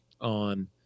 on